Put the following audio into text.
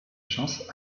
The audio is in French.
chance